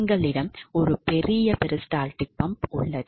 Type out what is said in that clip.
எங்களிடம் ஒரு பெரிய பெரிஸ்டால்டிக் பம்ப் உள்ளது